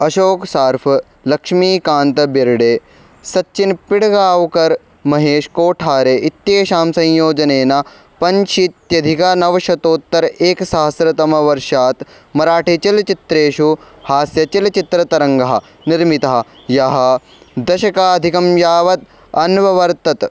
अशोकसराफ् लक्ष्मीकान्तबेर्डे सचिनपिडगावकर् महेशकोठारे इत्येषां संयोजनेन पञ्चशीत्यधिकनवशतोत्तर एकसहस्रतमवर्षात् मराठीचलच्चित्रेषु हास्यचलच्चित्रतरङ्गः निर्मितः यः दशकाधिकं यावत् अन्वर्तत्